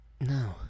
No